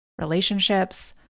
relationships